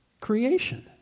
creation